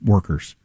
Workers